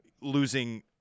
losing